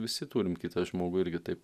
visi turim kitą žmogų irgi taip